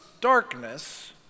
darkness